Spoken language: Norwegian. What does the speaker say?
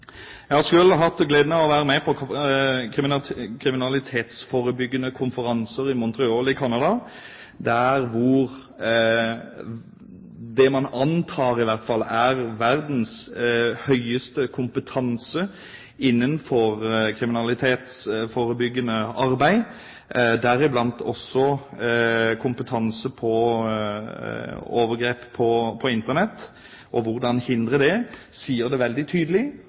Jeg har selv hatt gleden av å være med på kriminalitetsforebyggende konferanser i Montreal i Canada, som i hvert fall antas å ha verdens høyeste kompetanse innenfor kriminalitetsforebyggende arbeid, deriblant kompetanse på overgrep på Internett og hvordan man skal hindre det. Der sies det veldig tydelig